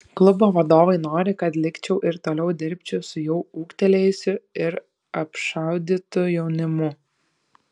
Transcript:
klubo vadovai nori kad likčiau ir toliau dirbčiau su jau ūgtelėjusiu ir apšaudytu jaunimu